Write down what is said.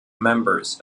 members